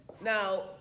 Now